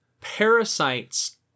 Parasites